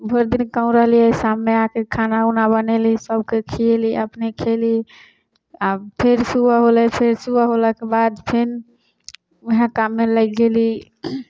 भरिदिन कहूँ रहलिए शाममे आके खाना उना बनैली सभके खिएली अपने खएली आब फेर सुबह होलै फेर सुबह होलाके बाद फेन वएह काममे लगि गेली